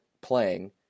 playing